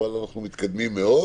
אבל אנחנו מתקדמים מאוד,